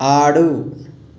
ఆడు